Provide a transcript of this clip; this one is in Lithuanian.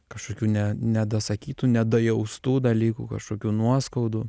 kažkokių ne nedasakytų nedajaustų dalykų kažkokių nuoskaudų